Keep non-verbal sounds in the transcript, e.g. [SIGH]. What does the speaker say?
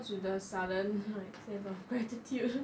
what's with the sudden like sense of gratitude [LAUGHS]